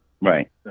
Right